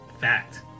fact